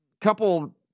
couple